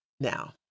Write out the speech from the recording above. Now